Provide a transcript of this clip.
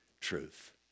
truth